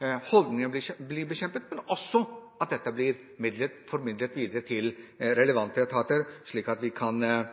at holdningene blir bekjempet, men også at dette blir formidlet videre til relevante etater slik at vi kan